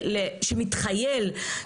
שמתחייל,